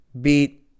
beat